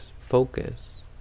focus